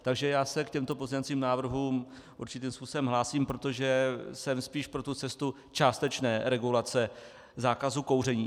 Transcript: Takže já se k těmto pozměňovacím návrhům určitým způsobem hlásím, protože jsem spíš pro cestu částečné regulace zákazu kouření.